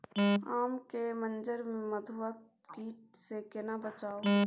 आम के मंजर के मधुआ कीट स केना बचाऊ?